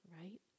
Right